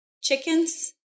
chickens